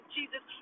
Jesus